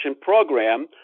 Program